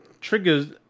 triggers